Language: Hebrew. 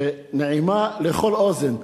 נעימה לכל אוזן,